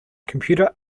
computer